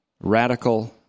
radical